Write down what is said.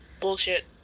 Bullshit